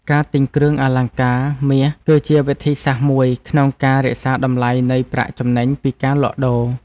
ការទិញគ្រឿងអលង្ការមាស គឺជាវិធីសាស្ត្រមួយក្នុងការរក្សាតម្លៃនៃប្រាក់ចំណេញពីការលក់ដូរ។